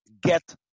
get